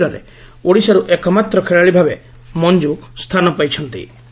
ଏହି ଶିବିରରେ ଓଡ଼ିଶାରୁ ଏକମାତ୍ର ଖେଳାଳି ଭାବେ ମଞ୍ଚୁ ସ୍ରାନ ପାଇଛନ୍ତି